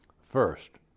First